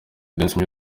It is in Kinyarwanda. dance